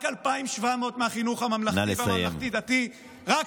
רק 2,700 מהחינוך הממלכתי והממלכתי-דתי, נא לסיים.